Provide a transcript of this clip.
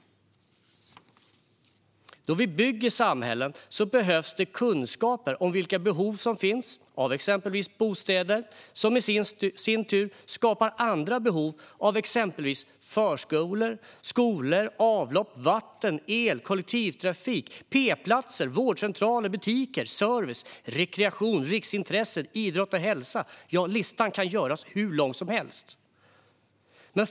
När vi bygger samhällen behövs det kunskaper om vilka behov som finns av exempelvis bostäder, som i sin tur skapar andra behov av exempelvis förskolor, skolor, avlopp, vatten, el, kollektivtrafik, p-platser, vårdcentraler, butiker, service, rekreation, riksintressen, idrott och hälsa - ja, listan kan göras hur lång som helst.